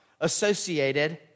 associated